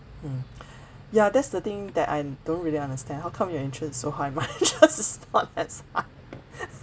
mm ya that's the thing that I don't really understand how come your interest is so high my interest is not as high